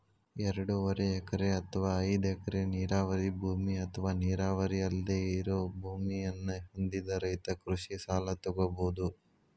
ಎರಡೂವರೆ ಎಕರೆ ಅತ್ವಾ ಐದ್ ಎಕರೆ ನೇರಾವರಿ ಭೂಮಿ ಅತ್ವಾ ನೇರಾವರಿ ಅಲ್ದೆ ಇರೋ ಭೂಮಿಯನ್ನ ಹೊಂದಿದ ರೈತ ಕೃಷಿ ಸಲ ತೊಗೋಬೋದು